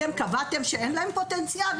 אתם קבעתם שאין להם פוטנציאל?